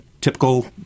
typical